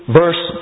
verse